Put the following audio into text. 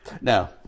Now